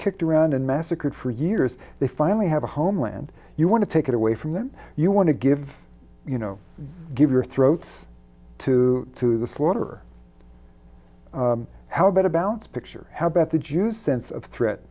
kicked around and massacred for years they finally have a homeland you want to take it away from them you want to give you know give your throats to to the slaughter how about about picture how about the jews sense of threat